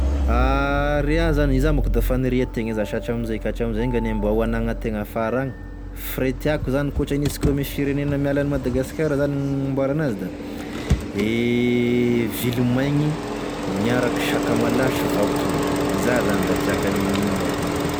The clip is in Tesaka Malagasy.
Re iah zany, iza moko da fagniriategna iza sh atramizay ka atramizao enga anie mba ho anagnategna afara agny f'raha e tiako zany k'otrany hoe misy firenena miala an'i Madagasikara zany gn'agnamboragn' enazy da vily maigny miaraky sakamala sy vapoa iza zany da tiako any menu aloa iza.